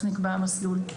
שלום,